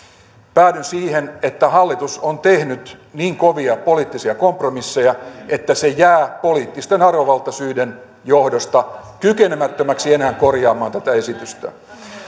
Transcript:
päädyn siihen että hallitus on tehnyt niin kovia poliittisia kompromisseja että se jää poliittisten arvovaltasyiden johdosta kykenemättömäksi enää korjaamaan tätä esitystään